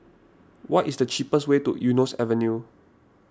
what is the cheapest way to Eunos Avenue